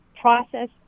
process